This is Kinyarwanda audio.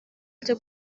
byo